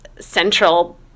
central